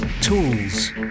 tools